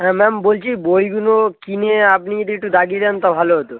হ্যাঁ ম্যাম বলছি বইগুলো কিনে আপনি যদি একটু দাগিয়ে দেন তো ভালো হতো